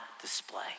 display